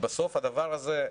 בסוף הדבר הזה,